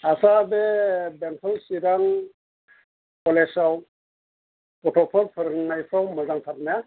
आदसा बे बेंटल चिरां कलेजाव गथ'फोर फोरोंनायफ्राव मोजांथार ना